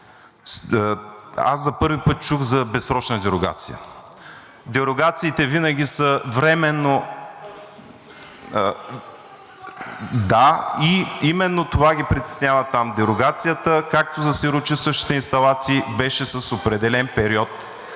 Аз за първи път чух за безсрочна дерогация. Дерогациите винаги са временно… (Реплики от ГЕРБ-СДС.) Да, именно това ги притеснява там – дерогацията, както за сероочистващите инсталации беше с определен период